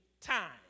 time